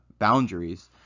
boundaries